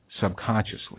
subconsciously